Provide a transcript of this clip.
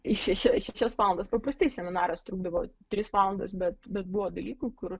iš šešias šešias valandas paprastai seminaras trukdavo tris valandas bet bet buvo dalykų kur